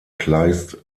kleist